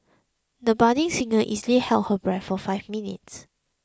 the budding singer easily held her breath for five minutes